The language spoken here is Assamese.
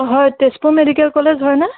হয় তেজপুৰ মেডিকেল কলেজ হয় নে